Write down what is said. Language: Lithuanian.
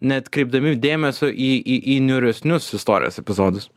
neatkreipdami dėmesio į į į niūresnius istorijos epizodus